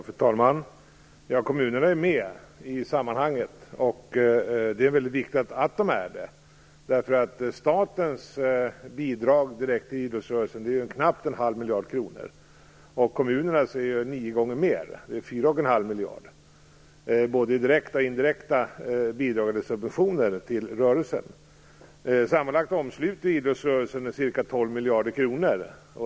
Fru talman! Kommunerna är med i sammanhanget, och det är väldigt viktigt att de är det. Statens bidrag direkt till idrottsrörelsen är knappt en halv miljard kronor. Kommunernas bidrag är nio gånger mer, dvs. fyra och en halv miljard i både direkta och indirekta bidrag eller subventioner till rörelsen. Sammanlagt omsluter idrottsrörelsen ca 12 miljarder kronor.